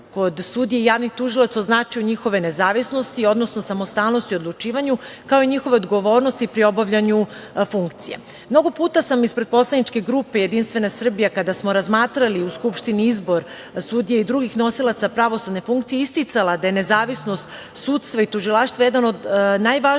kod sudija i javnih tužilaca u značaju njihove nezavisnosti, odnosno samostalnosti odlučivanja, kao i njihove odgovornosti pri obavljanju funkcija. Mnogo puta sam ispred poslaničke grupe JS kada smo razmatrali u Skupštini izbor sudija i drugih nosilaca pravosudne funkcije isticala da je nezavisnost sudstva i tužilaštva jedan od najvažnijih